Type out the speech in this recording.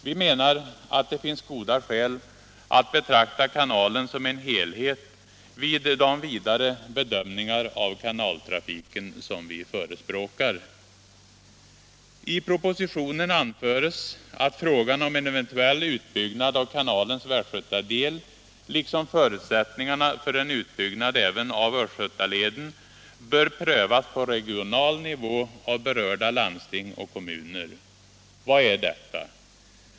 Vi menar att det finns goda skäl att betrakta kanalen som en helhet vid de vidare bedömningar av kanaltrafiken som vi förespråkar. I propositionen anförs att frågan om en eventuell utbyggnad av kanalens västgötaled liksom förutsättningarna för en utbyggnad även av östgötaleden bör prövas på regional nivå av berörda landsting och kommuner. Vad är detta?